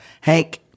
Hank